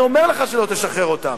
אני אומר לך שלא תשחרר אותן,